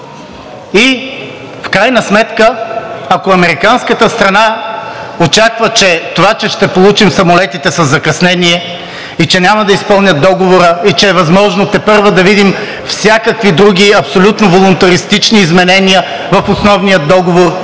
и в крайна сметка, ако американската страна очаква, че това, че ще получим самолетите със закъснение и че няма да изпълнят договора, и че е възможно тепърва да видим всякакви други абсолютно волунтаристични изменения в основния договор,